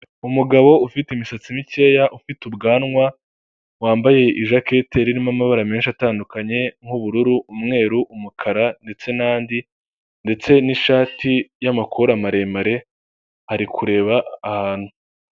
Umugabo ufite imisatsi mikeya, ufite ubwanwa, wambaye ijaketi irimo amabara menshi atandukanye, nk'ubururu, umweru, umukara ndetse n'andi, ndetse n'ishati y'amaboko maremare, ari kureba ahantu.